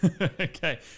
Okay